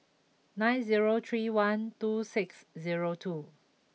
nine zero three one two six zero two